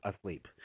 asleep